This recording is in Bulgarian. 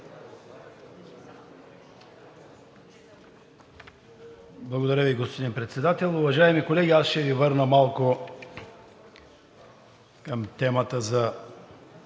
Благодаря Ви, господин Председател. Уважаеми колеги, аз ще Ви върна малко към темата